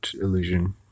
illusion